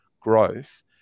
growth